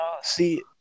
See